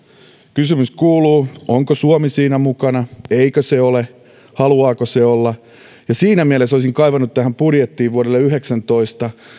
kysymys kuuluu onko suomi siinä mukana eikö se ole haluaako se olla ja siinä mielessä olisin kaivannut budjettiin vuodelle yhdeksäntoista